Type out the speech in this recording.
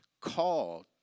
called